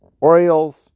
Orioles